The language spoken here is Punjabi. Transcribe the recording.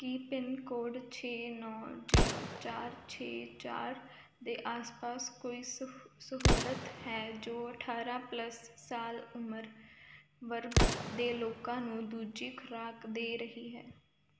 ਕੀ ਪਿੰਨਕੋਡ ਛੇ ਨੌਂ ਜੀਰੋ ਚਾਰ ਛੇ ਚਾਰ ਦੇ ਆਸ ਪਾਸ ਕੋਈ ਸਹੁ ਸਹੂਲਤ ਹੈ ਜੋ ਅਠਾਰ੍ਹਾਂ ਪਲੱਸ ਸਾਲ ਉਮਰ ਵਰਗ ਦੇ ਲੋਕਾਂ ਨੂੰ ਦੂਜੀ ਖੁਰਾਕ ਦੇ ਰਹੀ ਹੈ